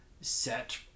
set